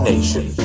Nation